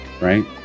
right